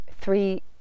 three